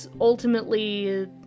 ultimately